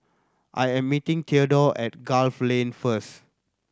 I am meeting Theadore at Gul Lane first